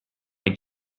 like